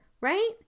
right